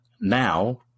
now